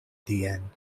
tien